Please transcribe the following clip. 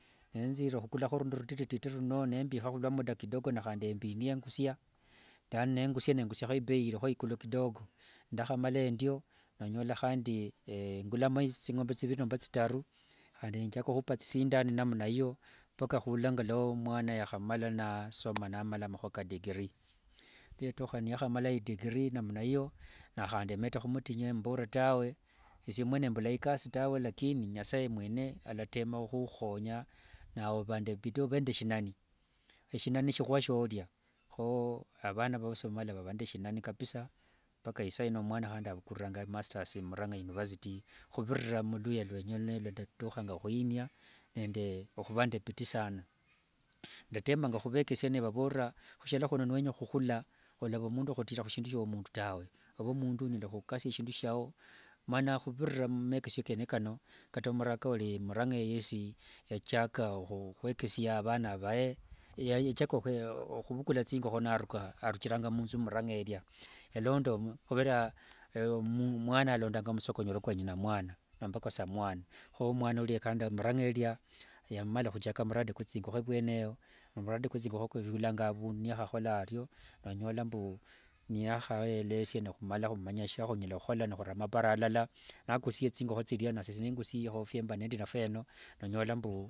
Nenzire hukulaho rundu rutitititi runo, nembikha hulwo muda kidogo, nehandi embinyia engusia lano nengusia, nengusiaho ibei iriho ekulu kidogo. Ndahamala endio nonyola handi engulamo tsing'ombe tsiviri nomba tsitaru, handi echaka hupa tsisindano namna hiyo mpaka hula omwana yahamala naasoma mpaka namala mahua ka degree. Ngayatuha namala idegree namna iyo nihandi meta humtinyia emuvorera tawe, esie mwene mbuma ikasi lakini nyasaye mwene alameta huhuhonya nawe ova nde bidii ove nde eshinani, eshinani shihua shioria, ho avana vosi vamala nevava neshinani kabisaa mpaka isaino omwana handi avukuranga masters murang'a university, huvirira muluuya lwene lwandatuhanga muhuinia nende ohuva nde bidii saana, ndatemanga huvekesia nivavorera husialo huno niwenya huhula olava omundu wo hutira hushindu shi mundu tawe, ove mundu unyala hukasia eshindu shiao, mana huvurira mumecheshio kene kano kata muraga uri murang'a eyi yesi yachaka huekesia avana vaye, yachaka huvukula tsingoho naaruka, arukiranga muinzu murang'a eria, yalonda huvera omwana alondanga msokonyiro kwa ng'ina mwana nomba kwa samwana ho mwana uria yekanga murang'a eria yamala huchaka muradi kwe tsingoho evwene eyo, na mradi kwa tsingoho kuulanga avundu niyahahola ario nonyola mbu niyahaelesia nihumara hura maparo alala, nakusieho tsingoho tsiria nasi ningusieho fiemba navyo eno, nonyola mbu